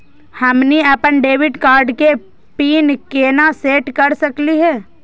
हमनी अपन debit card के पीन केना सेट कर सकली हे?